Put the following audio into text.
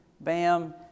Bam